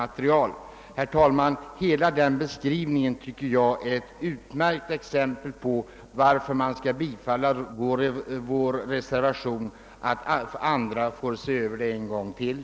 Herr talman, jag tycker att hela denna beskrivning är ett utmärkt argument för att riksdagen borde bifalla vår reservation, som innebär att frågan skulle ses över en gång till.